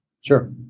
Sure